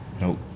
Nope